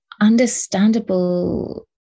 understandable